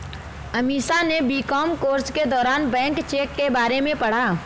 अमीषा ने BCom course के दौरान बैंक चेक के बारे में पढ़ा